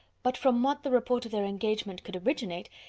but from what the report of their engagement could originate,